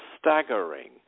staggering